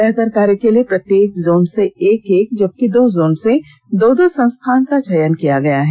बेहतर कार्य के लिए प्रत्येक जोन से एक एक जबकि दो जोन से दो दो संस्थान का चयन किया गया है